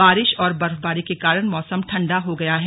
बारिश और बर्फबारी के कारण मौसम ठंडा हो गया है